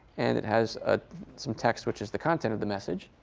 and it has ah some text, which is the content of the message.